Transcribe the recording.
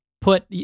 Put